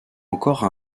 encore